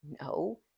No